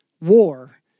war